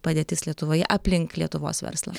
padėtis lietuvoje aplink lietuvos verslą